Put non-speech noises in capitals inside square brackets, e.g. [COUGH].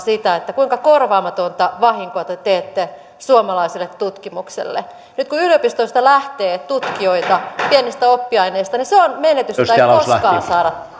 kuinka korvaamatonta vahinkoa te teette suomalaiselle tutkimukselle nyt kun yliopistoista lähtee tutkijoita pienistä oppiaineista niin se on menetys jota ei koskaan saada [UNINTELLIGIBLE]